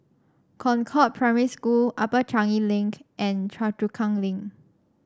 Concord Primary School Upper Changi Link and Choa Chu Kang Link